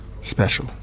special